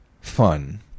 fun